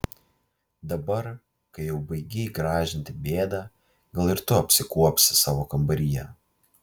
dabar kai jau baigei gražinti bėdą gal ir tu apsikuopsi savo kambaryje